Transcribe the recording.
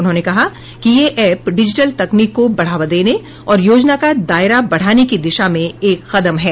उन्होंने कहा कि यह एप डिजिटल तकनीक को बढावा देने और योजना का दायरा बढाने की दिशा में एक कदम है